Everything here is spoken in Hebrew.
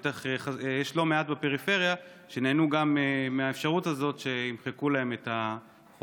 בטח יש לא מעט בפריפריה שנהנו גם מהאפשרות הזאת שימחקו להן את החובות,